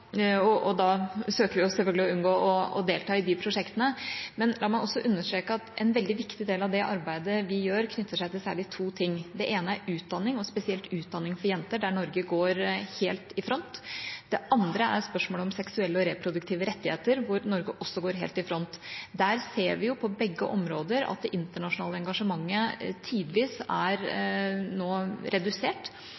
Da søker vi selvfølgelig å unngå å delta i de prosjektene. La meg også understreke at en veldig viktig del av arbeidet vi gjør, særlig knytter seg til to ting. Det ene er utdanning, og spesielt utdanning for jenter, der Norge går helt i front. Det andre er spørsmålet om seksuelle og reproduktive rettigheter, hvor Norge også går helt i front. Der ser vi på begge områder at det internasjonale engasjementet tidvis nå er